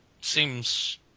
seems